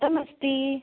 कथम् अस्ति